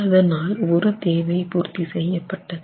அதனால் ஒரு தேவை பூர்த்தி செய்ய பட்டது